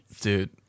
Dude